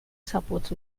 supports